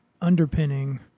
underpinning